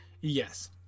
Yes